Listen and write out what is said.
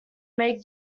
make